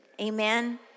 Amen